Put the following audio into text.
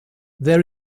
there